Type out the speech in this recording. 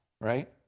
right